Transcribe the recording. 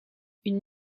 une